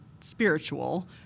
spiritual